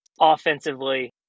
offensively